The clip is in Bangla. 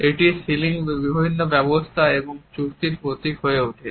এটি সিলিং বিভিন্ন ব্যবস্থা এবং চুক্তির প্রতীক হয়ে ওঠে